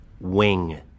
Wing